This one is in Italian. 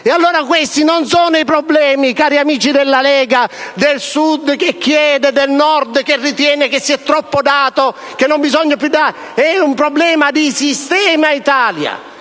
2050. Questi non sono i problemi, cari amici della Lega, del Sud che chiede e del Nord che ritiene che si è troppo dato e che non bisogna più dare: è un problema di sistema Italia.